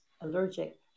allergic